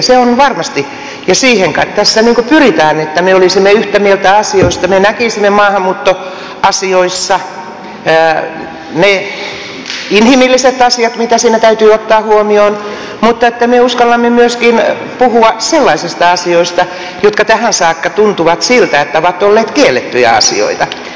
se on varmasti niin ja siihen kai tässä pyritään että me olisimme yhtä mieltä asioista me näkisimme maahanmuuttoasioissa ne inhimilliset asiat mitkä siinä täytyy ottaa huomioon mutta me uskallamme puhua myöskin sellaisista asioista jotka tähän saakka tuntuvat olleen kiellettyjä asioita